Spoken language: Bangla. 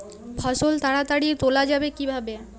ফসল তাড়াতাড়ি তোলা যাবে কিভাবে?